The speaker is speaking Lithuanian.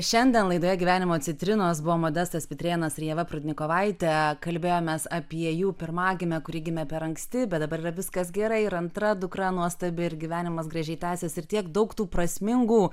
šiandien laidoje gyvenimo citrinos buvo modestas pitrėnas ir ieva prudnikovaitė kalbėjomės apie jų pirmagimę kuri gimė per anksti bet dabar yra viskas gerai ir antra dukra nuostabi ir gyvenimas gražiai tęsiasi ir tiek daug tų prasmingų